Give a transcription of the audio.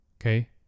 okay